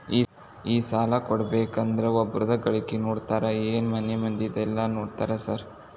ಈ ಸಾಲ ಕೊಡ್ಬೇಕಂದ್ರೆ ಒಬ್ರದ ಗಳಿಕೆ ನೋಡ್ತೇರಾ ಏನ್ ಮನೆ ಮಂದಿದೆಲ್ಲ ನೋಡ್ತೇರಾ ಸಾರ್?